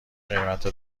قیمت